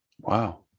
Wow